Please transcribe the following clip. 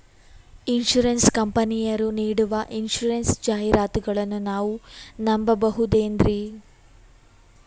Insurance ಕಂಪನಿಯರು ನೀಡೋ insurance ಜಾಹಿರಾತುಗಳನ್ನು ನಾವು ನಂಬಹುದೇನ್ರಿ?